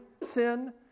sin